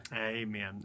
Amen